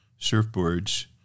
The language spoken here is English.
Surfboards